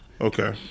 Okay